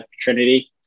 Trinity